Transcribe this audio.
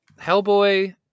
Hellboy